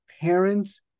parents